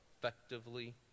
effectively